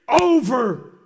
over